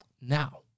Now